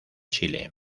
chile